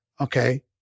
okay